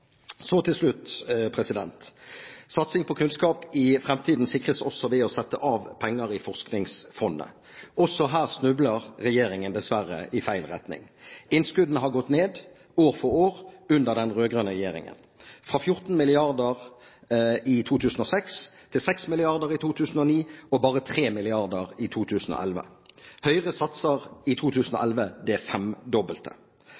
Så til slutt: Satsing på kunnskap i framtiden sikres også ved å sette av penger i Forskningsfondet. Også her snubler regjeringen dessverre i feil retning. Innskuddene har gått ned, år for år, under den rød-grønne regjeringen. Fra 14 mrd. kr i 2006 til 6 mrd. kr i 2009, og bare 3 mrd. kr i 2011. Høyre satser i